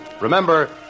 Remember